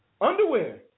underwear